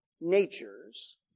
natures